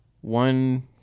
one